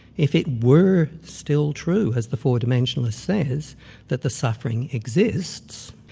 if it were still true, as the four-dimensionist says, that the suffering exists,